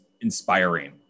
inspiring